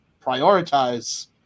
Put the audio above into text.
prioritize